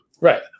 Right